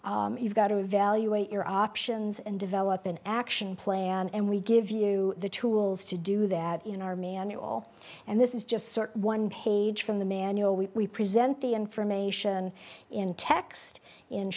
generated you've got to evaluate your options and develop an action plan and we give you the tools to do that in our manual and this is just sort one page from the manual we present the information in text in